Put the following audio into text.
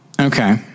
Okay